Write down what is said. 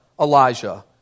Elijah